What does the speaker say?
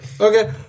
Okay